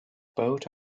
boat